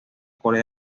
corea